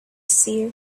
seer